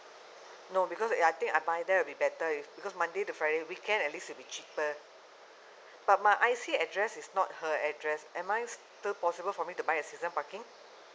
no because I think I buy there would be better if because monday to friday weekend at least will be cheaper but my I_C address is not her address am I still possible for me to buy season parking